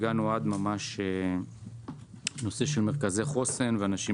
הגענו עד ממש לנושא של מרכזי חוסן ואנשים